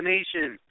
Nation